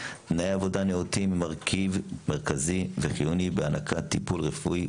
תנאי עבודה נאותים הם מרכיב מרכזי וחיוני בהענקת טיפול רפואי,